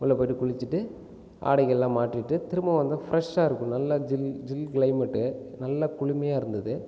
உள்ளே போயிட்டு குளிச்சுட்டு ஆடைகள் எல்லாம் மாற்றிட்டு திரும்ப வந்தா ஃபிரெஷாக இருக்கும் நல்லா ஜில் ஜில் கிளைமேட் நல்லா குளிர்மையாக இருந்தது